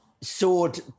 sword